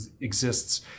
exists